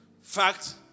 fact